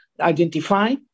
identify